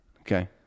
Okay